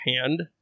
hand